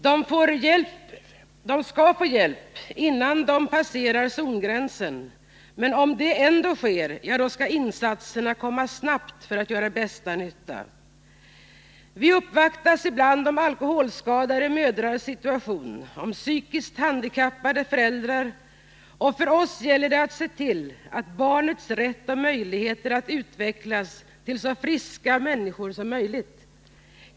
De bör få hjälp innan de passerat zongränsen, men om det ändå sker skall insatserna komma snabbt för att göra bästa nyttan. Vi uppvaktas ibland om alkoholskadade mödrars situation och om psykiskt handikappade föräldrar, och för oss gäller det att se till barnens rätt och möjligheter att utvecklas till så friska människor som möjligt.